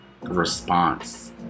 response